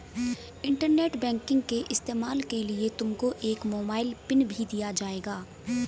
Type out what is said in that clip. internet banking के इस्तेमाल के लिए तुमको एक मोबाइल पिन भी दिया जाएगा